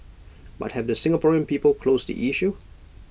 but have the Singaporean people closed the issue